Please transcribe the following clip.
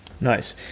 nice